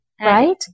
right